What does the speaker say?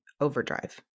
overdrive